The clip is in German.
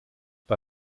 bei